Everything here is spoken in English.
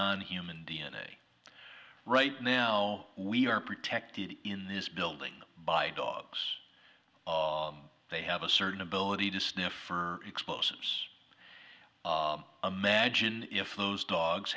on human d n a right now we are protected in this building by dogs they have a certain ability to sniff for explosives imagine if those dogs